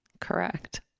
correct